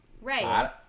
Right